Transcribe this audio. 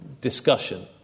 discussion